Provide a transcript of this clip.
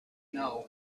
know